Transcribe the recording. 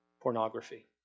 pornography